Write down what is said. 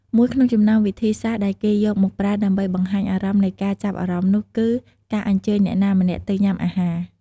មួយក្នុងចំណោមវិធីសាស្ត្រដែលគេយកមកប្រើដើម្បីបង្ហាញអារម្មណ៍នៃការចាប់អារម្មណ៍នោះគឺ ការអញ្ជើញអ្នកណាម្នាក់ទៅញ៉ាំអាហារ។